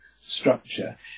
structure